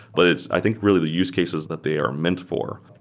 but it's i think really the use cases that they are meant for.